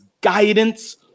guidance